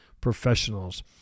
professionals